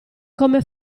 come